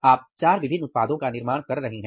आप चार विभिन्न उत्पादों का निर्माण कर रहे हैं